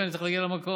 אני צריך להגיע למקום.